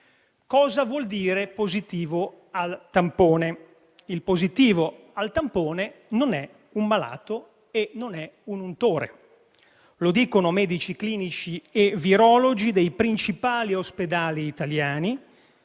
Cosa vuol dire «positivo al tampone? Il positivo al tampone non è un malato e non è un untore. Lo dicono medici, clinici e virologi dei principali ospedali italiani,